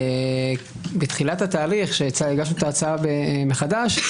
בתחילת התהליך, כשהגשנו את ההצעה מחדש,